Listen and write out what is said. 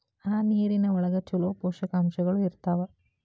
ಆ ನೇರಿನ ಒಳಗ ಚುಲೋ ಪೋಷಕಾಂಶಗಳು ಇರ್ತಾವ